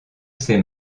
ses